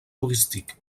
touristique